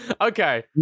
Okay